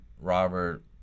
Robert